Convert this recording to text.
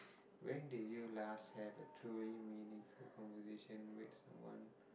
when did you last have a truly meaningful conversation with someone